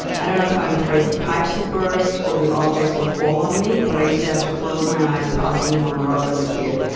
i don't know if i'm afraid the pipes will burst or the objects will fall on me, but i used to have to close my eyes passing them on the road as a kid.